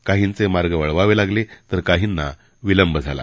काहींचे मार्ग वळवण्यात आले तर काहींना विलंब झाला